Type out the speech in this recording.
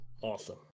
Awesome